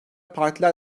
partiler